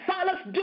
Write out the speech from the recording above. Silas